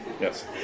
Yes